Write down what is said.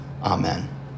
amen